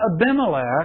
Abimelech